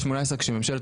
אבל אנחנו לא נאפשר,